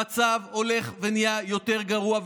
המצב הולך ונהיה יותר גרוע,